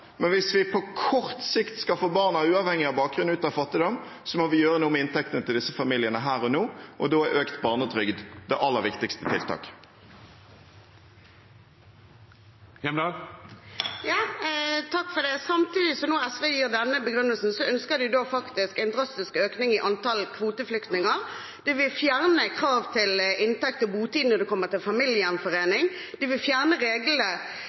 Men hvis vi på kort sikt skal få barna, uavhengig av bakgrunn, ut av fattigdom, må vi gjøre noe med inntektene til disse familiene her og nå, og da er økt barnetrygd det aller viktigste tiltaket. Samtidig som SV nå gir denne begrunnelsen, ønsker de en drastisk økning i antall kvoteflyktninger. De vil fjerne krav til inntekt og botid når det kommer til familiegjenforening, og de vil fjerne reglene